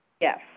Yes